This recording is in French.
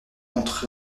contre